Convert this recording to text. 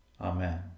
Amen